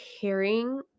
caring